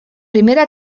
primera